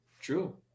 true